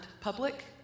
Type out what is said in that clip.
public